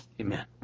Amen